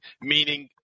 meaning